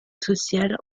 sociales